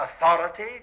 authority